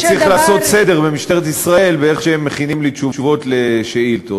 אני צריך לעשות סדר במשטרת ישראל ואיך שהם מכינים לי תשובות על שאילתות,